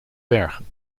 bergen